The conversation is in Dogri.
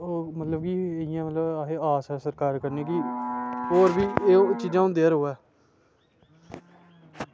ओह् मतलब की असें आस की होर बी चीज़ां होंदियां रवै